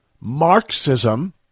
Marxism